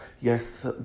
Yes